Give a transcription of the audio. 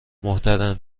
محرم